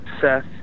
seth